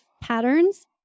patterns